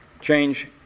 change